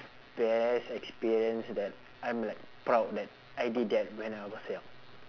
best experience that I'm like proud that I did that when I was young